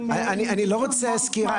אני לא רוצה סקירה.